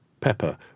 Pepper